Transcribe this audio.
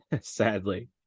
sadly